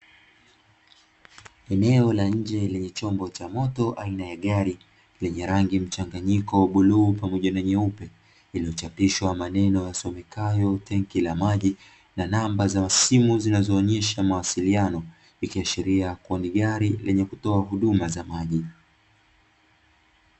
Eneo la nje lenye chombo cha moto aina ya gari lenye rangi mchanganyiko bluu pamoja na nyeupe, lilochapishwa maneno yasomekayo tenki la maji na namba za simu zinazoonyeshesha mawasiliano ikishiria kuwa ni gari lenye kutoa huduma za maji.